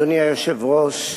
אדוני היושב-ראש,